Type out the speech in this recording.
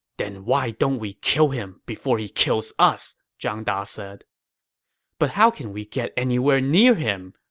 then why don't we kill him before he kills us? zhang da said but how can we get anywhere near him?